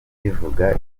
bivuga